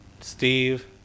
Steve